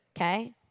Okay